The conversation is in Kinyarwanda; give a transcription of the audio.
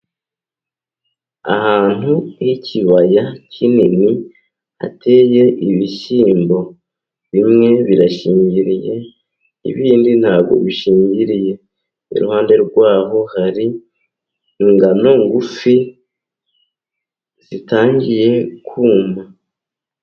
Ahantu h'ikibaya kinini hateye ibishyimbo, bimwe birashingiriye ibindi ntabwo bishingiriye. Iruhande rwabyo hari ingano ngufi zitangiye kuma.